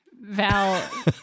Val